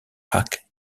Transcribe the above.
hack